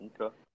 Okay